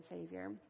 Savior